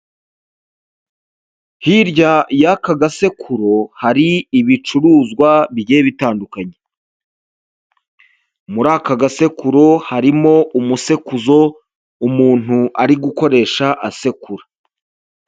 Hirya y'aka gasekuru hari ibicuruzwa bigiye bitandukanye, muri aka gasekuru harimo umusekuzo umuntu ari gukoresha asekura.